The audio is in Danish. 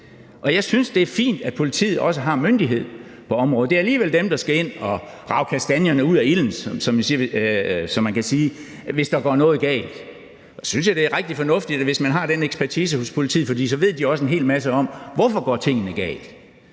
Og jeg synes, det er fint, at politiet også har myndighed på området. Det er alligevel dem, der skal ind og rage kastanjerne ud af ilden, som man siger, hvis der går noget galt. Og så synes jeg, det er rigtig fornuftigt, hvis man har den ekspertise hos politiet, for så ved de også en hel masse om, hvorfor tingene går